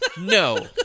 no